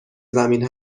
زمین